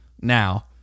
now